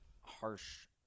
harsh